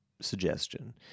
suggestion